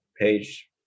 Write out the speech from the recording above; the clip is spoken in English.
page